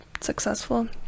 successful